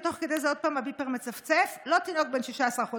ותוך כדי עוד פעם הביפר מצפצף: לא תינוק בן 16 חודשים,